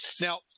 Now